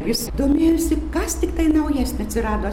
jis domėjosi kas tiktai naujas atsirado